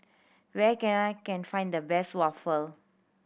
where can I can find the best waffle